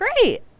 Great